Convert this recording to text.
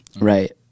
Right